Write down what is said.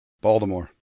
Baltimore